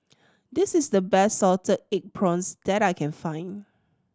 this is the best salted egg prawns that I can find